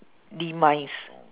demise